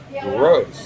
gross